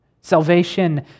Salvation